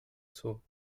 zoo